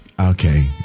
okay